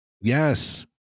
Yes